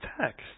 text